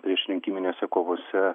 priešrinkiminėse kovose